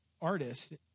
artist